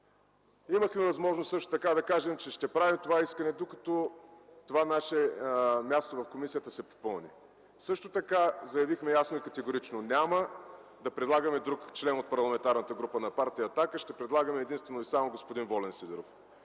Имахме възможност също така да кажем, че ще правим това искане, докато това наше място в комисията не се попълни. Също така заявихме ясно и категорично, че няма да предлагаме друг член от Парламентарната група на партия „Атака”, ще предлагаме единствено и само господин Волен Сидеров.